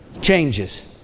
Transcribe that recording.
changes